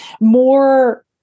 more